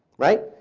right.